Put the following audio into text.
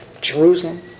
Jerusalem